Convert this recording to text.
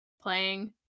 playing